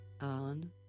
on